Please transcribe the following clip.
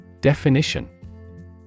Definition